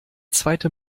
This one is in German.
zweite